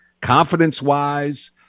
confidence-wise